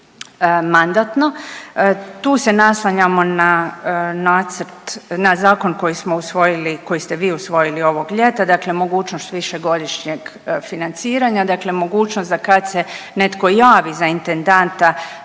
koji smo usvojili koji ste vi usvojili ovog ljeta, dakle mogućnost višegodišnjeg financiranja, mogućnost da kad se netko javi za intendanta